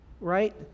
right